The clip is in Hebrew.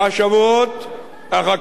אחר כך לשלושה חודשים.